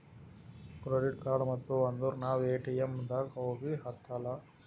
credit card ಇತ್ತು ಅಂದುರ್ ನಾವ್ ಎ.ಟಿ.ಎಮ್ ಗ ಹೋಗದ ಹತ್ತಲಾ